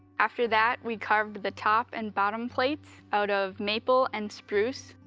after that we carved the top and bottom plates out of maple and spruce.